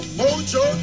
mojo